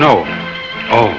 no oh